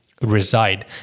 reside